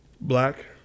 Black